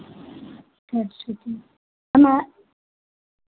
सरस्वती हमारा